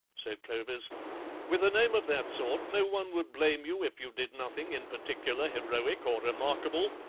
said clovis with a name of that sort no one would blame you if you did nothing in particular heroic or remarkable,